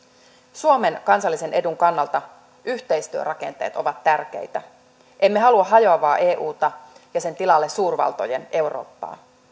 suomen kansallisen edun kannalta yhteistyörakenteet ovat tärkeitä emme halua hajoavaa euta ja sen tilalle suurvaltojen eurooppaa